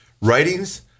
writings